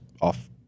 off